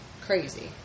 Crazy